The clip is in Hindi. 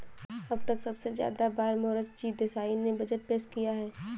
अब तक सबसे ज्यादा बार मोरार जी देसाई ने बजट पेश किया है